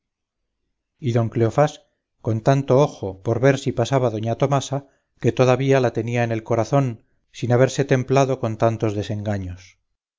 y don cleofás con tanto ojo por ver si pasaba doña tomasa que todavía la tenía en el corazón sin haberse templado con tantos desengaños